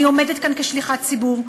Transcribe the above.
אני עומדת כאן כשליחת ציבור,